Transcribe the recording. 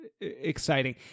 exciting